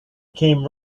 came